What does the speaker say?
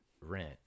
rent